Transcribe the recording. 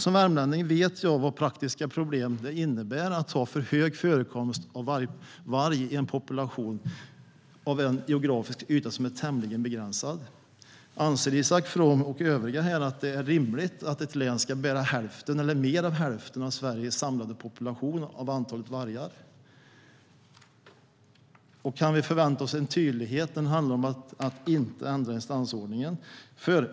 Som värmlänning vet jag vilka praktiska problem det innebär att ha för hög förekomst av varg i en population på en tämligen begränsad geografisk yta. Anser Isak From och övriga här att det är rimligt att ett län ska bära mer än hälften av Sveriges samlade population av vargar? Kan vi förvänta oss en tydlighet när det handlar om att inte ändra instansordningen?